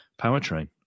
powertrain